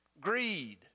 greed